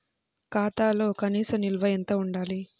ఖాతాలో కనీస నిల్వ ఎంత ఉండాలి?